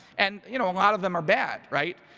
and you know a lot of them are bad, right?